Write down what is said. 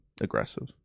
aggressive